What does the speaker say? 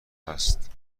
هست